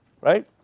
right